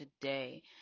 today